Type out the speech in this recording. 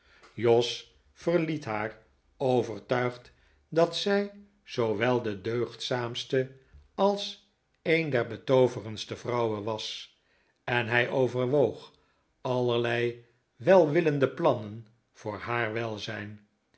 jos verliet haar overtuigd dat zij zoowel de deugdzaamste als een der betooverendste vrouwen was en hij overwoog allerlei welwillende plannen voor haar welzijn